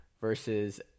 versus